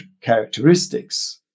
characteristics